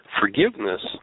forgiveness